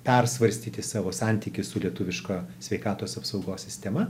persvarstyti savo santykį su lietuviška sveikatos apsaugos sistema